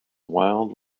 wild